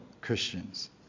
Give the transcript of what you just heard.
Christians